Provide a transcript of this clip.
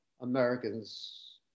Americans